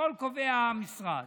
הכול קובע המשרד.